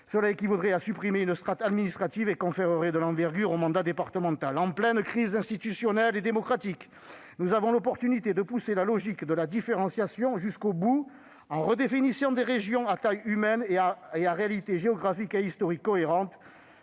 Cela équivaudrait à supprimer une strate administrative et conférerait de l'envergure au mandat départemental. En pleine crise institutionnelle et démocratique, nous avons l'opportunité de pousser jusqu'au bout la logique de la différenciation en redéfinissant des régions à taille humaine et dont la réalité géographique et historique serait cohérente.